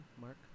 Mark